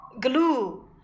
Glue